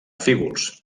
fígols